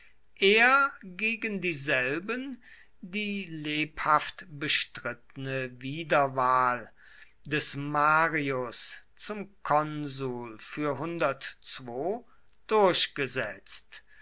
er gegen dieselben die lebhaft bestrittene wiederwahl des marius zum konsul für durchgesetzt